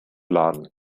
laden